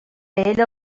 ell